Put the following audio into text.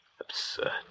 Absurd